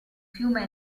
fiume